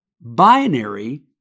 binary